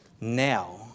now